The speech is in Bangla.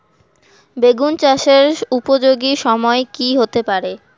বেগুন চাষের উপযোগী সময় কি হতে পারে?